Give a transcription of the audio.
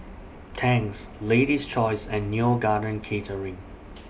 Tangs Lady's Choice and Neo Garden Catering